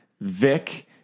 Vic